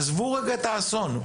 עזבו רגע את האסון.